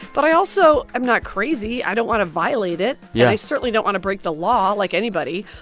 but i also am not crazy. i don't want to violate it yeah i certainly don't want to break the law, like anybody.